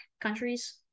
countries